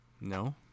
No